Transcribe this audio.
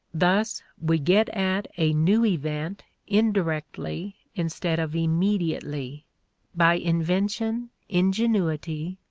thus we get at a new event indirectly instead of immediately by invention, ingenuity,